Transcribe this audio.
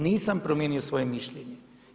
Nisam promijenio svoje mišljenje.